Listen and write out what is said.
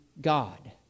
God